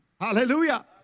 Hallelujah